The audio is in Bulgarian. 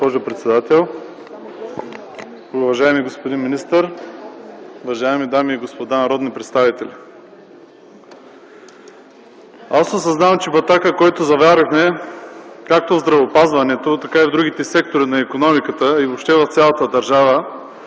госпожо председател. Уважаеми господин министър, уважаеми дами и господа народни представители! Аз осъзнавам, че батакът, който заварихме както в здравеопазването, така и в другите сектори на икономиката и въобще в цялата държава,